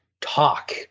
talk